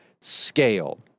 scale